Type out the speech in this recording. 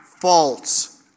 false